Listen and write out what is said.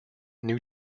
new